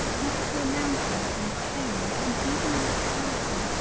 not at all mounting and chaining and evenly surpassing,